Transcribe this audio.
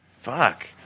fuck